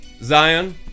zion